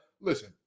Listen